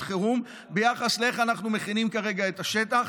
חירום וביחס לאיך אנחנו מכינים כרגע את השטח.